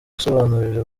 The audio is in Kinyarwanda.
gusobanurira